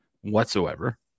whatsoever